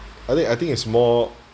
I think I think it's more